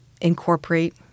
incorporate